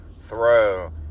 throw